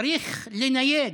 צריך לנייד.